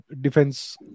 defense